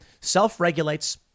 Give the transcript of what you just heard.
self-regulates